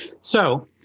So-